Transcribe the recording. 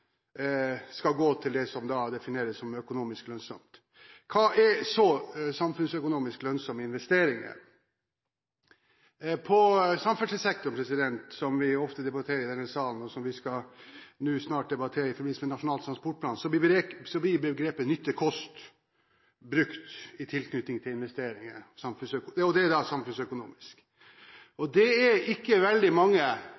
skal gå til det som defineres som økonomisk lønnsomt. Hva er så samfunnsøkonomisk lønnsomme investeringer? I samferdselssektoren – som vi ofte debatterer i denne salen, og som vi snart skal debattere i forbindelse med Nasjonal transportplan – blir begrepet nytte–kost brukt i tilknytning til samfunnsøkonomiske investeringer. Det er ikke veldig mange investeringer som kommer gjennom det